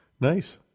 nice